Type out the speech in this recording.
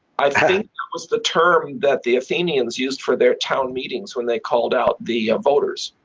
i think was the term that the athenians used for their town meetings, when they called out the voters.